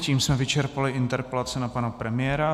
Tím jsme vyčerpali interpelace na pana premiéra.